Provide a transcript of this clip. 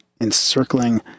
encircling